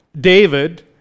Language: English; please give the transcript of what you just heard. David